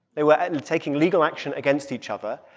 they were taking legal action against each other.